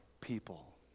people